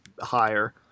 higher